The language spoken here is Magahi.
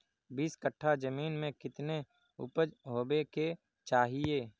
बीस कट्ठा जमीन में कितने उपज होबे के चाहिए?